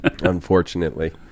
Unfortunately